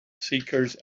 seekers